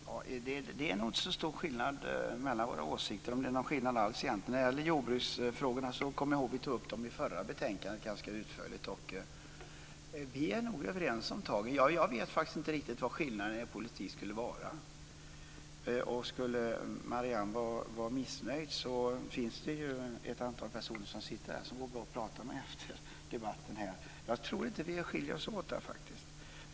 Fru talman! Det är nog inte så stor skillnad mellan våra åsikter, om det är någon skillnad alls. Jag kommer ihåg att vi tog upp jordbruksfrågorna ganska utförligt i det förra betänkandet. Vi är nog överens där. Jag vet inte vilka skillnaderna i vår politik skulle vara. Är Marianne Andersson missnöjd finns det ju ett antal personer här som det går bra att prata med efter debatten. Jag tror inte att vi skiljer oss åt faktiskt.